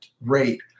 rate